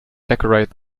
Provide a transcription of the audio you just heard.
decorate